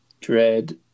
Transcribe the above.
Dread